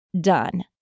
done